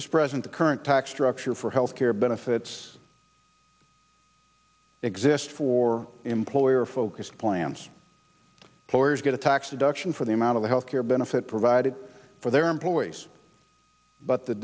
this present current tax structure for health care benefits exist for employer focused plans lawyers get a tax deduction for the amount of the health care benefit provided for their employees but the